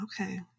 Okay